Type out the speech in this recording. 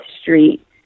Street